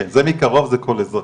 כן, זה מקרוב, זה כל אזרח.